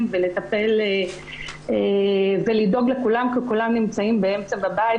ולטפל בלדאוג לכולם כי כולם נמצאים בבית,